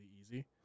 easy